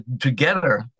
together